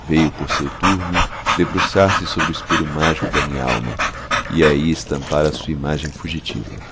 veio por seu turno debruçar-se sobre o espelho mágico da minha alma e aí estampar a sua imagem fugitiva